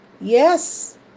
Yes